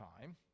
time